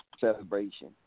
celebration